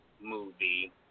movie